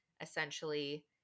essentially